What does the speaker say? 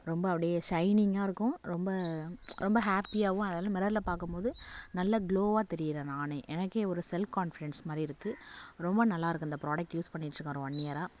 ரொம்ப அப்படியே ஷைனிங்காக இருக்கும் ரொம்ப ரொம்ப ஹேப்பியாகவும் அதலாம் மிரரில் பார்க்கும்போது நல்லா கிளோவாக தெரிகிறேன் நானே எனக்கே ஒரு செல்ஃப் கான்ஃபிடென்ஸ் மாதிரி இருக்குது ரொம்ப நல்லாயிருக்கு இந்த ப்ரோடக்ட் யூஸ் பண்ணிட்டிருக்கேன் ஒரு ஒன் இயராக